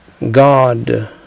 God